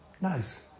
Nice